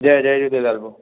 जय जय झूलेलाल भाउ